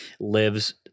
lives